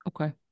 Okay